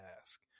ask